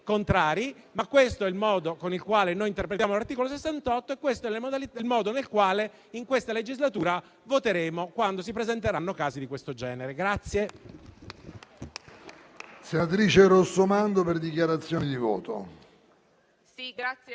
ma questo è il modo con il quale noi interpretiamo l'articolo 68 e questo è il modo nel quale in questa legislatura voteremo quando si presenteranno casi di questo genere.